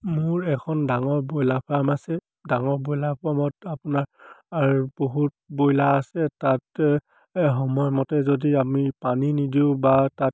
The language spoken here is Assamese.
মোৰ এখন ডাঙৰ ব্ৰইলাৰ ফাৰ্ম আছে ডাঙৰ ব্ৰইলাৰ ফাৰ্মত আপোনাৰ বহুত ব্ৰইলাৰ আছে তাতে সময়মতে যদি আমি পানী নিদিওঁ বা তাত